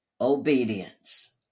obedience